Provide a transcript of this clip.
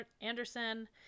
Anderson